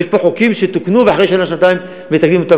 ויש פה חוקים שתוקנו ואחרי שנה-שנתיים מתקנים אותם